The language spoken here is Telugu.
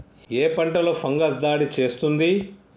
ఏ పంటలో ఫంగస్ దాడి చేస్తుంది?